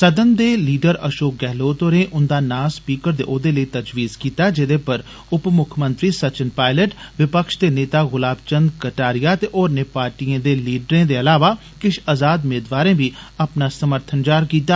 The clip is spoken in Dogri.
सदन दे लीडर अषोक गल्होत होरें उन्दा नां स्पीकर दे ओह्दे लेई तजवीज़ कीता जेदे पर उपमुक्खमंत्री सचिन पायलट विपक्ष दे नेता गुलाब चन्द्र कटारिया ते होरनें पार्टिएं दे लीडरें दे इलावा किष अजाद मेदवारें बी अपना समर्थन जाहर कीता